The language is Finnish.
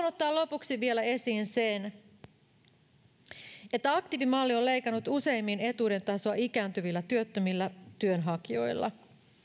ottaa lopuksi vielä esiin sen että aktiivimalli on leikannut useimmin etuuden tasoa ikääntyvillä työttömillä työnhakijoilla